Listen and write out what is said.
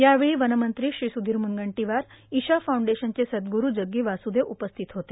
यावेळी वनमंत्री श्री सुधीर मुनगंटोवार ईशा फाउंडेशनचे सदगुरू जग्गी वासुदेव उपस्थित होते